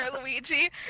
Luigi